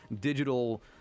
digital